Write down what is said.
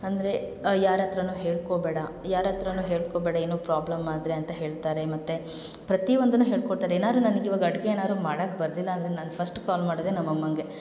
ಅಂದರೆ ಯಾರ ಹತ್ರವೂ ಹೇಳ್ಕೋಬೇಡ ಯಾರ ಹತ್ರವೂ ಹೇಳ್ಕೋಬೇಡ ಏನು ಪ್ರಾಬ್ಲಮ್ ಆದರೆ ಅಂತ ಹೇಳ್ತಾರೆ ಮತ್ತು ಪ್ರತಿಯೊಂದನ್ನು ಹೇಳಿಕೊಡ್ತಾರೆ ಏನಾದ್ರು ನನಗ್ ಇವಾಗ ಅಡುಗೆ ಏನಾದ್ರು ಮಾಡಕ್ಕೆ ಬರಲಿಲ್ಲ ಅಂದರೆ ನಾನು ಫಸ್ಟ್ ಕಾಲ್ ಮಾಡೋದೇ ನಮ್ಮ ಅಮ್ಮಂಗೆ